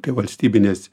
kai valstybinės